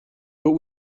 but